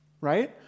right